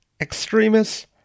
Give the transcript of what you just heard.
extremists